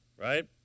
right